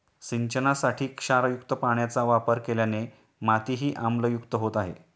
सिंचनासाठी क्षारयुक्त पाण्याचा वापर केल्याने मातीही आम्लयुक्त होत आहे